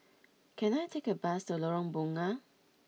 can I take a bus to Lorong Bunga